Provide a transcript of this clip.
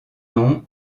nom